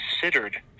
considered